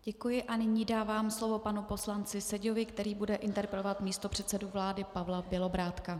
Děkuji a nyní dávám slovo panu poslanci Seďovi, který bude interpelovat místopředsedu vlády Pavla Bělobrádka.